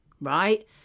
right